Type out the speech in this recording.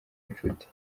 inshuti